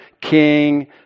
King